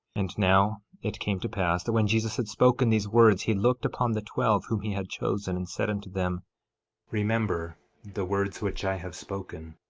and now it came to pass that when jesus had spoken these words he looked upon the twelve whom he had chosen, and said unto them remember the words which i have spoken.